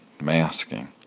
masking